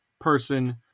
person